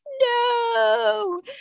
no